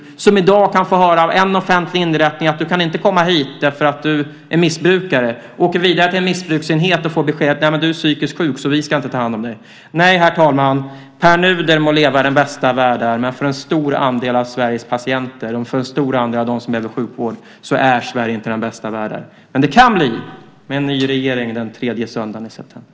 De kan i dag få höra av en offentlig inrättning att de inte kan komma dit därför att de är missbrukare. De åker vidare till en missbruksenhet och får beskedet: Men du är psykiskt sjuk så vi ska inte ta hand om dig. Nej, herr talman, Pär Nuder må leva i den bästa av världar men för en stor andel av Sveriges patienter och en stor andel av dem som behöver sjukvård är Sverige inte den bästa av världar. Men det kan bli, med en ny regering den tredje söndagen i september.